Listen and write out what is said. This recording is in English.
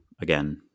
again